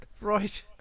Right